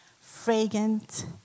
fragrant